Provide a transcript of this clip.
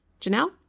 Janelle